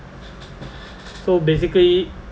so basically